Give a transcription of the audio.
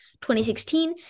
2016